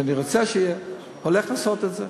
אני רוצה שיהיה, אני הולך לעשות את זה,